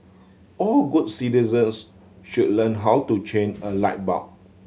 all good citizens should learn how to change a light bulb